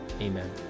Amen